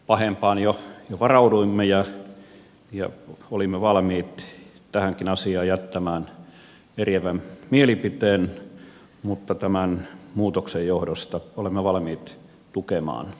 pahempaan jo varauduimme ja olimme valmiit tähänkin asiaan jättämään eriävän mielipiteen mutta tämän muutoksen johdosta olemme valmiit tukemaan tätä